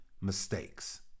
mistakes